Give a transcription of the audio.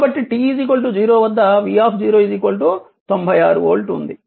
కాబట్టి t 0 వద్ద v 96 volt ఉంటుంది